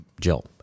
Jill